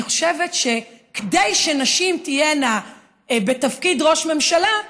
אני חושבת שכדי שנשים תהיינה בתפקיד ראש ממשלה,